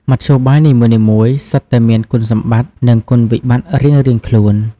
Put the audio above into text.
មធ្យោបាយនីមួយៗសុទ្ធតែមានគុណសម្បត្តិ និងគុណវិបត្តិរៀងៗខ្លួន។